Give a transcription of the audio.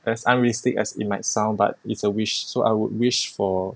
as unrealistic as it might sound but it's a wish so I would wish for